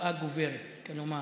תחלואה גוברת, כלומר